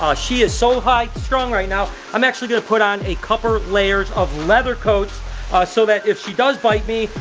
ah she is so high-strung right now, i'm actually gonna put on a couple layers of leather coats so that if she does bite me,